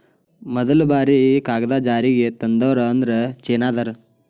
ಮದಲ ಬಾರಿ ಕಾಗದಾ ಜಾರಿಗೆ ತಂದೋರ ಅಂದ್ರ ಚೇನಾದಾರ